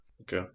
Okay